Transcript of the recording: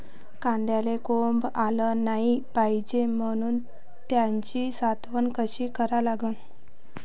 कांद्याले कोंब आलं नाई पायजे म्हनून त्याची साठवन कशी करा लागन?